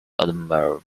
admiral